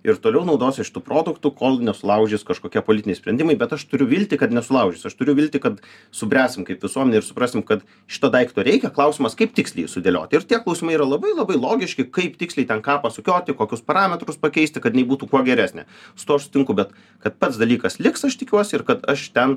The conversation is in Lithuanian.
ir toliau naudosiuos šitu produktu kol nesulaužys kažkokie politiniai sprendimai bet aš turiu viltį kad nesulaužys aš turiu viltį kad subręsim kaip visuomenė ir suprasim kad šito daikto reikia klausimas kaip tiksliai sudėlioti ir tie klausimai yra labai labai logiški kaip tiksliai ten ką pasukioti kokius parametrus pakeisti kad jinai būtų kuo geresnė su tuo aš sutinku bet kad pats dalykas liks aš tikiuosi ir kad aš ten